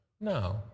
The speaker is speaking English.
No